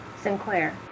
Sinclair